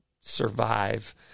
survive